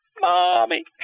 mommy